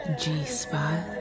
g-spot